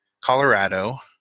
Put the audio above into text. Colorado